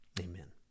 Amen